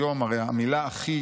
היום המילה שהכי